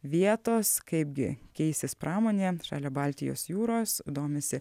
vietos kaipgi keisis pramonė šalia baltijos jūros domisi